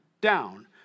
down